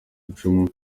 icumu